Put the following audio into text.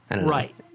right